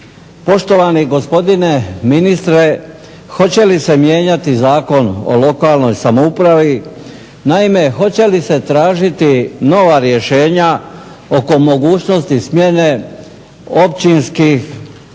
Poštovani gospodine ministre hoće li se mijenjati Zakon o lokalnoj samoupravi. Naime, hoće li se tražiti nova rješenja oko mogućnosti smjene općinskih